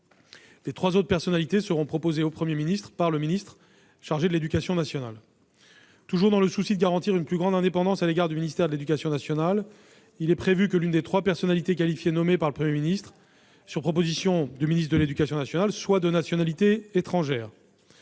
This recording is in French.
Les trois autres personnalités seront proposées par le ministre chargé de l'éducation nationale. Toujours dans le souci de garantir une plus grande indépendance à l'égard du ministère de l'éducation nationale, il est prévu que l'une des trois personnalités qualifiées nommées par le Premier ministre sur proposition du ministre chargé de l'éducation nationale soit de nationalité étrangère.